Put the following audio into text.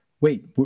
wait